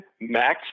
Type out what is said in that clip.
Max